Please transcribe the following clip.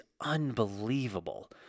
unbelievable